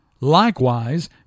Likewise